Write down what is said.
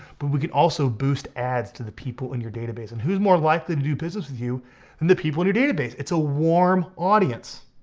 but we can also boost ads to the people in your database. and who's more likely to do business with you than and the people in your database. it's a warm audience.